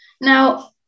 Now